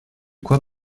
quoi